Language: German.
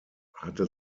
hatte